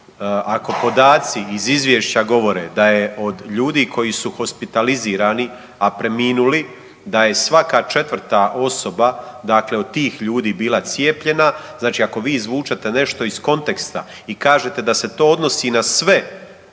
ako podaci iz izvješća govore da je od ljudi koji su hospitalizirani, a preminuli, da je svaka četvrta osoba, dakle od tih ljudi bila cijepljena, dakle ako vi izvučete nešto iz konteksta i kažete da se to odnosi na sve